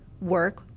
work